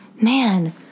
man